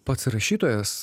pats rašytojas